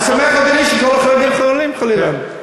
אני שמח, אדוני, שכל החרדים חולים, חלילה.